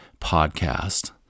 podcast